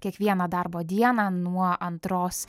kiekvieną darbo dieną nuo antros